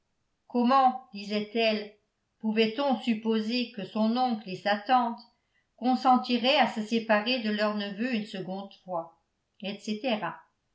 comment disait-elle pouvait-on supposer que son oncle et sa tante consentiraient à se séparer de leur neveu une seconde fois etc